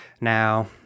now